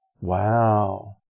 Wow